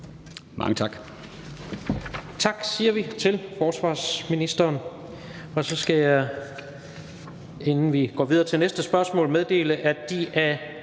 Mange tak